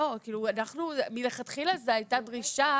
לא, כאילו, אנחנו, מלכתחילה זו הייתה